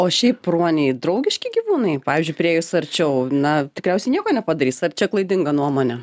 o šiaip ruoniai draugiški gyvūnai pavyžiui priėjus arčiau na tikriausiai nieko nepadarys ar čia klaidinga nuomonė